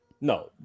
No